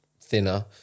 thinner